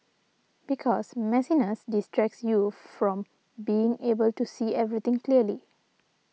because messiness distracts you from being able to see everything clearly